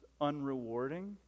unrewarding